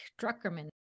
Druckerman